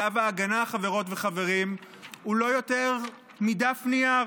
צו ההגנה, חברות וחברים, הוא לא יותר מדף נייר,